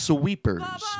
Sweepers